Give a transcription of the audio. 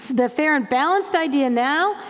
the fair and balanced idea now,